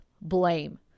blame